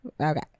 Okay